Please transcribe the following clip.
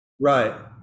Right